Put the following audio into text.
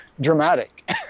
dramatic